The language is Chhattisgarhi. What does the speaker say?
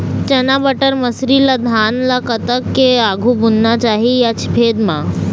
चना बटर मसरी ला धान ला कतक के आघु बुनना चाही या छेद मां?